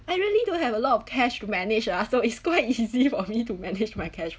I really don't have a lot of cash to manage lah so it's quite easy for me to manage my cash